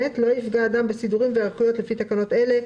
" לא יפגע אדם בסידורים והיערכויות לפי תקנות אלה,